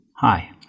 hi